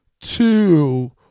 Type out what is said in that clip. Two